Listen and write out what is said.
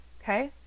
Okay